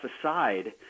aside